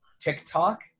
TikTok